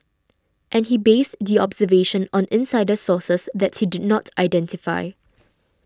and he based the observation on insider sources that he did not identify